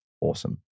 awesome